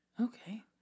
Okay